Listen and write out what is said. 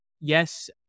yes